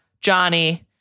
Johnny